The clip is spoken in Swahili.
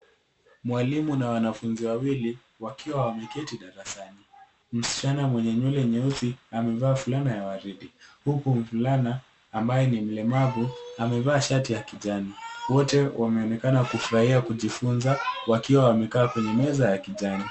Mwalimu na wanafunzi wawili wakiwa wameketi darasani. Msichana mwenye nywele nyeusi amevaa fulana ya waridi huku mvulana ambaye ni mlemavu amevaa shati ya kijani. Wote wameonekana kufurahia kujifunza wakiwa wamekaa kwenye meza ya kijani.